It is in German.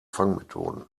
fangmethoden